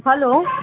hello